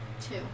Two